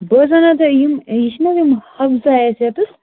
بہٕ حظ ونو تۄہہِ یِم یہِ چھِ نہٕ حظ یِم ہمسایہِ اَسہِ ییٚتٮ۪س